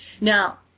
Now